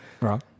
Right